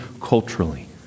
culturally